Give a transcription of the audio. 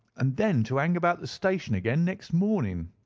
and then to hang about the station again next morning.